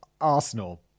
Arsenal